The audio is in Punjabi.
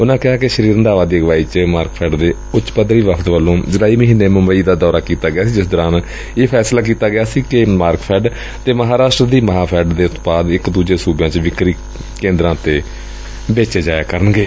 ਉਨੂਾਂ ਕਿਹਾ ਕਿ ਸ੍ਰੀ ਰੰਧਾਵਾ ਦੀ ਅਗਵਾਈ ਵਿੱਚ ਮਾਰਕਫੈਡ ਦੇ ਉਚ ਪੱਧਰੀ ਵਫਦ ਵੱਲੋਂ ਜੁਲਾਈ ਮਹੀਨੇ ਮੂੰਬਈ ਦੌਰਾ ਕੀਤਾ ਗਿਆ ਸੀ ਜਿਸ ਦੌਰਾਨ ਫੈਸਲਾ ਕੀਤਾ ਗਿਆ ਸੀ ਕਿ ਮਾਰਕਫੈਡ ਤੇ ਮਹਾ ਫੈਡ ਦੇ ਉਤਪਾਦ ਇਕ ਦੁਜੇ ਸੁਬਿਆਂ ਦੇ ਵਿਕਰੀ ਕੇਂਦਰਾਂ ਉਤੇ ਵੇਚੇ ਜਾਇਆ ਕਰਨਗੇ